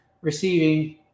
receiving